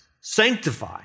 sanctify